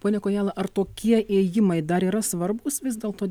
pone kojala ar tokie ėjimai dar yra svarbūs vis dėlto